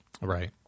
Right